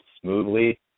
smoothly